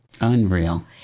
Unreal